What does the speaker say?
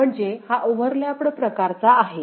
म्हणजे हा ओव्हरलप्ड प्रकारचा आहे